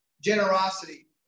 generosity